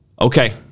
Okay